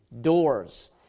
doors